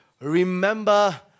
Remember